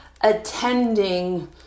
attending